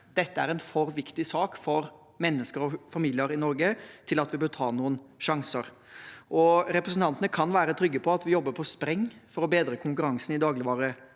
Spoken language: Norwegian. Dette er en for viktig sak for mennesker og familier i Norge til at vi bør ta noen sjanse. Representantene kan være trygge på at vi jobber på spreng for å bedre konkurransen i dagligvaremarkedet.